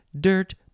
Dirt